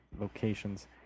locations